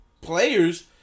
players